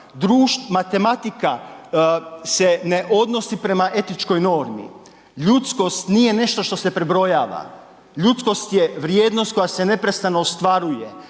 matematika se ne odnosi prema etičkoj normi, ljudskost nije nešto što se prebrojava. Ljudskost je vrijednost koja se neprestano ostvaruje.